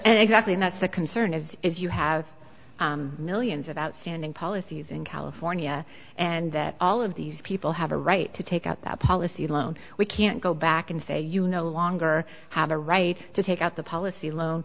and exactly that's a concern as if you have millions of outstanding policies in california and that all of these people have a right to take out that policy loan we can't go back and say you no longer have a right to take out the policy lo